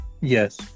yes